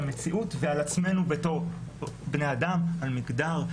המציאות ועל עצמנו בתור בני אדם, על מגדר.